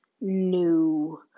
new